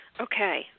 Okay